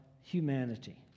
humanity